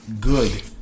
good